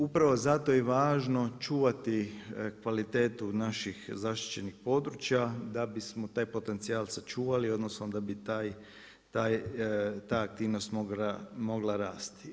Upravo zato je važno čuvati kvalitetu naših zaštićenih područja da bismo taj potencijal odnosno da bi ta aktivnost mogla rasti.